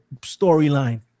storyline